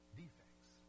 defects